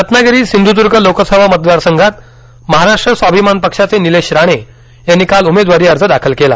रत्नागिरी सिंधुदुर्ग लोकसभा मतदारसंघात महाराष्ट्र स्वाभिमान पक्षाचे नीलेश राणे यांनी काल उमेदवारी अर्ज दाखल केला